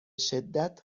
شدت